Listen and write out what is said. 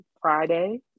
Friday